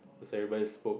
so everybody spoke